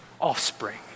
offspring